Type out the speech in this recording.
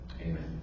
Amen